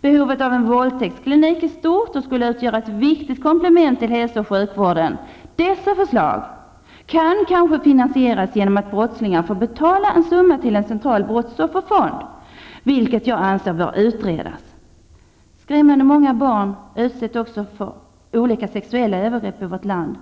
Behovet av en våldtäktsklinik är stort och skulle utgöra ett viktigt komplement till hälso och sjukvården. Dessa förslag kan kanske finansieras genom att brottslingar får betala en summa till en central brottsofferfond, vilket jag anser bör utredas. Skrämmande många barn utsätts för olika sexuella övergrepp i vårt land.